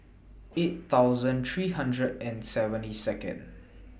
eight thousand three hundred and seventy Second